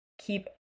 keep